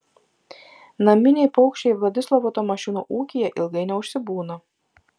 naminiai paukščiai vladislovo tamošiūno ūkyje ilgai neužsibūna